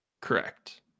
Correct